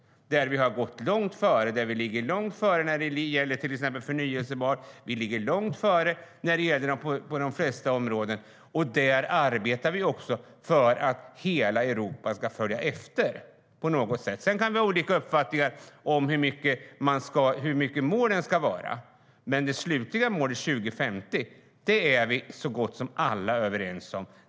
Vi ligger långt före när det gäller förnybart. Vi ligger långt före på de flesta områden, och vi arbetar också för att hela Europa ska följa efter. Sedan kan vi ha olika uppfattningar om hur målen ska sättas, men det slutliga målet 2050 är vi så gott som alla ense om.